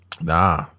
Nah